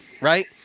right